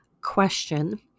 question